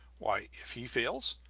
why, if he fails,